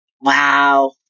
wow